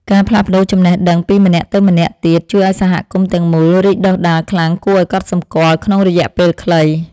ការផ្លាស់ប្តូរចំណេះដឹងពីម្នាក់ទៅម្នាក់ទៀតជួយឱ្យសហគមន៍ទាំងមូលរីកដុះដាលខ្លាំងគួរឱ្យកត់សម្គាល់ក្នុងរយៈពេលខ្លី។